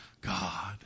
God